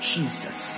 Jesus